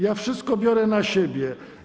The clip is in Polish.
Ja wszystko biorę na siebie.